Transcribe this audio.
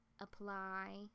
apply